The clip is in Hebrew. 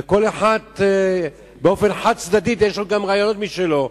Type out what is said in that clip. וכל אחד באופן חד-צדדי יש לו רעיונות משלו.